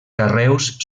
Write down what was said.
carreus